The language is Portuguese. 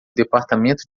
departamento